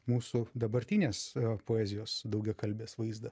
mūsų dabartinės poezijos daugiakalbės vaizdą